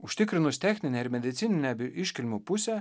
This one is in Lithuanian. užtikrinus techninę ir medicininę iškilmių pusę